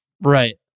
right